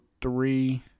three